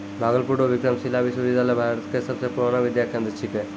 भागलपुर रो विक्रमशिला विश्वविद्यालय भारत के सबसे पुरानो विद्या केंद्र छिकै